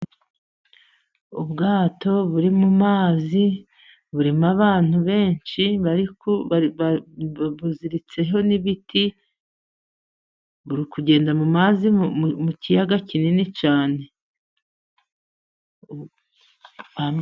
Ubwato buri mu mazi, burimo abantu benshi buziritseho n'ibiti, buri kugenda mu mazi, mu kiyaga kinini cyane.